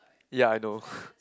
ya I know